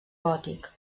gòtic